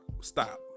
Stop